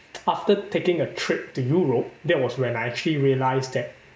after taking a trip to Europe that was when I actually realised that